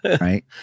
right